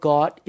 God